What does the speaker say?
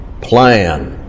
plan